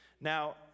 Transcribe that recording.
Now